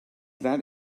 that